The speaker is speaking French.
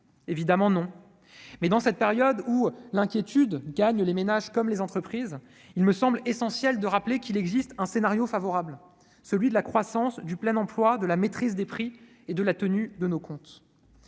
Évidemment non, mais, dans cette période où l'inquiétude gagne les ménages comme les entreprises, il me semble essentiel de rappeler qu'il existe un scénario favorable : celui de la croissance, du plein emploi, de la maîtrise des prix et de la tenue de nos comptes.